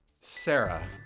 Sarah